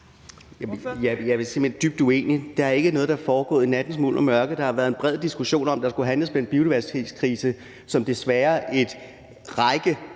Jeg er simpelt hen dybt uenig. Der er ikke noget, der er foregået i nattens mulm og mørke. Der har været en bred diskussion om det, og der skulle handles på en biodiversitetskrise, som en række